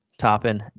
Topping